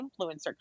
influencer